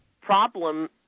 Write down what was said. problem